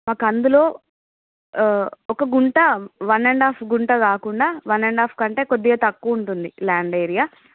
మాకు అందులో ఒక గుంట వన్ అండ్ హాఫ్ గుంట కాకుండా వన్ అండ్ హాఫ్ కంటే కొద్దిగా తక్కువ ఉంటుంది లాండ్ ఏరియా